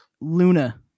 Luna